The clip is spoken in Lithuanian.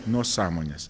nuo sąmonės